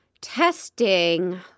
Testing